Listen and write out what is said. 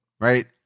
right